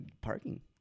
parking